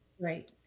right